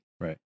Right